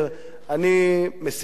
אני מסיק מסקנה אחת,